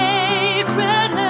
Sacred